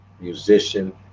musician